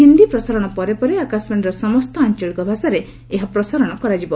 ହିନ୍ଦି ପ୍ରସାରଣ ପରେ ପରେ ଆକାଶବାଣୀର ସମସ୍ତ ଆଞ୍ଚଳିକ ଭାଷାରେ ଏହା ପ୍ରସାରଣ କରାଯିବ